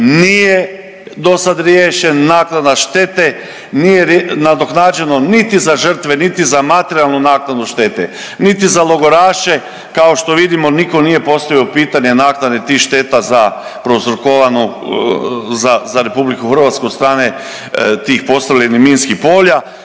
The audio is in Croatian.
nije do sad riješen, naknada šteta nije nadoknađeno niti za žrtve, niti za materijalnu naknadu štete, niti za logoraše. Kao što vidimo niko nije postavio pitanje naknade tih šteta za prouzrokovanu, za RH od strane tih postavljenih minskih polja